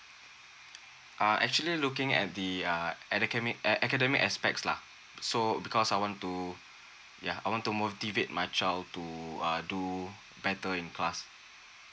ah actually looking at the uh academic academic aspects lah so because I want to yeah I want to motivate my child to uh do better in class